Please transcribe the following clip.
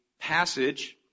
passage